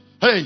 Hey